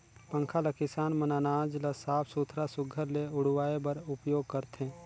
पंखा ल किसान मन अनाज ल साफ सुथरा सुग्घर ले उड़वाए बर उपियोग करथे